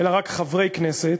אלא רק חברי כנסת,